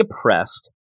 oppressed